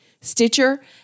Stitcher